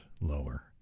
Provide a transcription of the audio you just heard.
lower